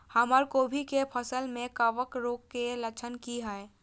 हमर कोबी के फसल में कवक रोग के लक्षण की हय?